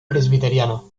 presbiteriano